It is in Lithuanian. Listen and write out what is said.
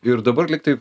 ir dabar lygtai